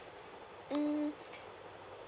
mm